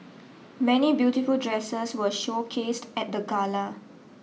many beautiful dresses were showcased at the gala